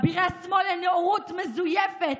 אבירי השמאל לנאורות מזויפת,